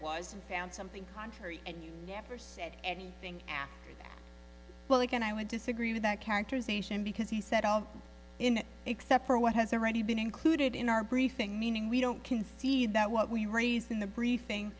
was and found something contrary and you never said anything after well again i would disagree with that characterization because he said all in except for what has already been included in our briefing meaning we don't concede that what we raised in the briefing